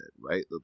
right